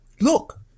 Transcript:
look